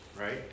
Right